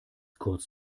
kurz